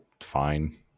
fine